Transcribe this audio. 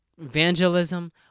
evangelism